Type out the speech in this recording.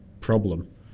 problem